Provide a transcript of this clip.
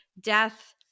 death